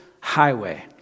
highway